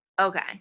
Okay